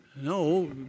No